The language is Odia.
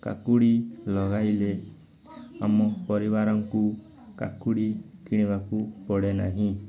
କାକୁଡ଼ି ଲଗାଇଲେ ଆମ ପରିବାରଙ୍କୁ କାକୁଡ଼ି କିଣିବାକୁ ପଡ଼େ ନାହିଁ